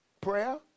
prayer